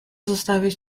zostawiać